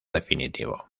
definitivo